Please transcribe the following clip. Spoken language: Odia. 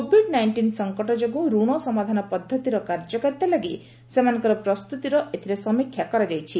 କୋବିଡ୍ ନାଇଷ୍ଟିନ୍ ସଙ୍କଟ ଯୋଗୁଁ ରଣ ସମାଧାନ ପଦ୍ଧତିର କାର୍ଯ୍ୟକାରିତା ଲାଗି ସେମାନଙ୍କର ପ୍ରସ୍ତୁତିର ଏଥିରେ ସମୀକ୍ଷା କରାଯାଇଛି